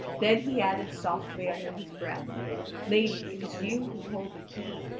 then he added softly under his breath lady, it is you who hold the key,